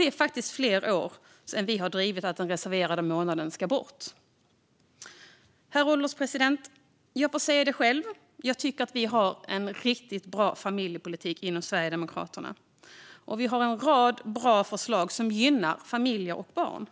Det är faktiskt fler år än vi har drivit att de reserverade månaderna ska tas bort. Herr ålderspresident! Jag får säga det själv: Jag tycker att vi i Sverigedemokraterna har en riktigt bra familjepolitik. Vi har en rad bra förslag som gynnar familjer och barn.